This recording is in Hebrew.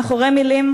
מאחורי מילים